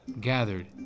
gathered